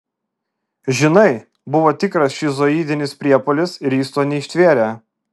žinai buvo tikras šizoidinis priepuolis ir jis to neištvėrė